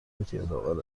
اعتیادآور